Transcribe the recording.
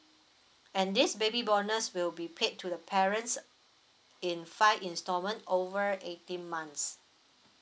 and this baby bonus will be paid to the parents in five instalment over eighteen months